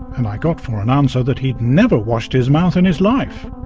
and i got for an answer that he had never washed his mouth in his life.